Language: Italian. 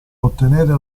ottenere